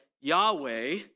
Yahweh